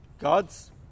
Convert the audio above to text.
God's